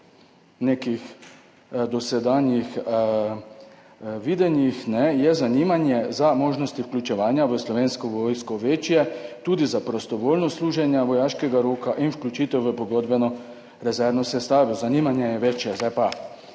nekih dosedanjih videnjih je zanimanje za možnosti vključevanja v Slovensko vojsko večje, tudi za prostovoljno služenje vojaškega roka in vključitev v pogodbeno rezervno sestavo.« Zanimanje je večje.